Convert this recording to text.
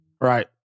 Right